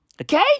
Okay